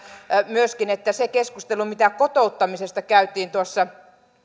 myöskin että se keskustelu mitä kotouttamisesta käytiin tuossa